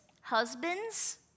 husbands